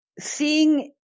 seeing